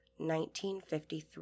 1953